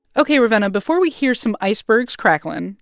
ok, ravenna, before we hear some icebergs crackling.